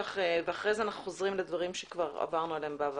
ואחרי זה אנחנו חוזרים לדברים שכבר עברנו עליהם בעבר.